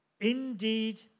indeed